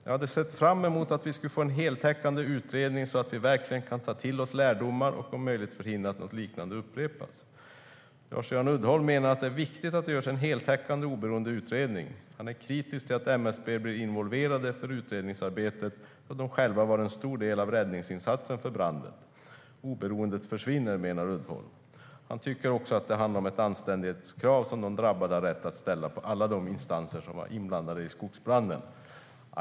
Jag hade sett fram emot att vi skulle få en heltäckande utredning, så att vi verkligen kan ta till oss lärdomar och om möjligt förhindra att något liknande upprepas." Jag citerar vidare ur artikeln: "Lars-Göran Uddholm menar att det är viktigt att det görs en heltäckande oberoende utredning. Han är kritisk till att MSB blir involverade för utredningsarbetet då de själva var en stor del av räddningsinsatsen för branden. Oberoendet försvinner, menar Uddholm. Han tycker också att det handlar om ett anständighetskrav, som de drabbade har rätt att ställa på alla de instanser som var inblandade i skogsbranden."